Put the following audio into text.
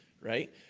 right